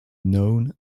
known